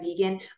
vegan